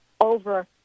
over